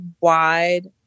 wide